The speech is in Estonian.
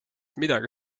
midagi